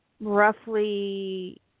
roughly